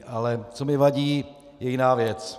Ale co mi vadí, je jiná věc.